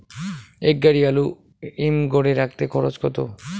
এক গাড়ি আলু হিমঘরে রাখতে খরচ কত?